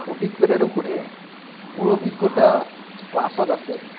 অভিজ্ঞতাটো সুধে মোৰ অভিজ্ঞতা ক্লাছত আছে